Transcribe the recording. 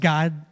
God